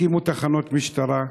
תקימו תחנות משטרה,